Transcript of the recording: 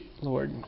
Lord